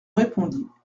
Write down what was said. répondit